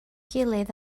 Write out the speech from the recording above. gilydd